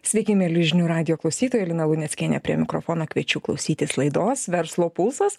sveiki mieli žinių radijo klausytojai lina luneckienė prie mikrofono kviečiu klausytis laidos verslo pulsas